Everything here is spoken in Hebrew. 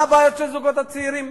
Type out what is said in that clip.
מה הבעיות של הזוגות הצעירים.